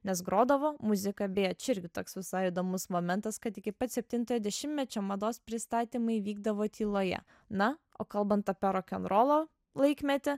nes grodavo muzika beje čia irgi toks visai įdomus momentas kad iki pat septintojo dešimtmečio mados pristatymai vykdavo tyloje na o kalbant apie rokenrolo laikmetį